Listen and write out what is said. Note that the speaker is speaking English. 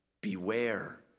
Beware